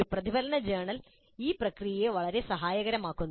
ഒരു പ്രതിഫലന ജേർണൽ ഈ പ്രക്രിയയെ വളരെയധികം സഹായിക്കുന്നു